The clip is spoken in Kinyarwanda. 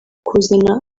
kuzana